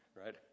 right